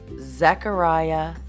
Zechariah